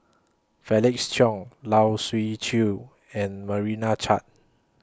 Felix Cheong Lai Siu Chiu and Marana Chand